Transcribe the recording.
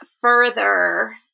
further